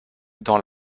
dans